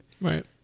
Right